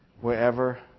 wherever